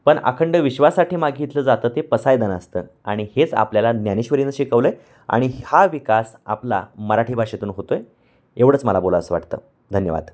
पण अखंड विश्वासाठी मागितलं जातं ते पसायदान असतं आणि हेच आपल्याला ज्ञानेश्वरीनं शिकवलं आहे आणि हा विकास आपला मराठी भाषेतून होतो आहे एवढंच मला बोलावंसं वाटतं धन्यवाद